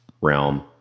realm